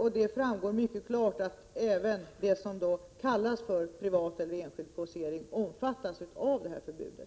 och det framgår mycket klart att även det som kallas för privat eller enskild posering omfattas av förbudet.